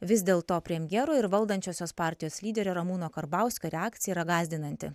vis dėlto premjero ir valdančiosios partijos lyderio ramūno karbauskio reakcija yra gąsdinanti